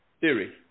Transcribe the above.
theory